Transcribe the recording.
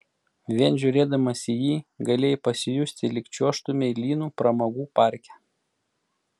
vien žiūrėdamas į jį galėjai pasijusti lyg čiuožtumei lynu pramogų parke